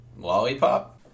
lollipop